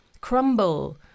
crumble